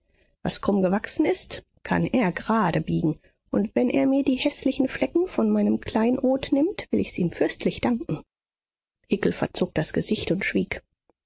was krumm gewachsen ist kann er grade biegen und wenn er mir die häßlichen flecken von meinem kleinod nimmt will ich's ihm fürstlich danken hickel verzog das gesicht und schwieg